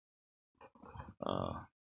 err